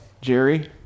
jerry